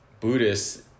Buddhist